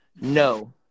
no